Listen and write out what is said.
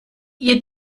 ihr